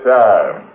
time